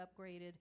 upgraded